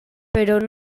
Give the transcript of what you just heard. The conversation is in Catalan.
però